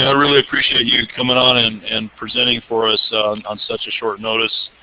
ah really appreciate you coming on and and presenting for us on such a short notice.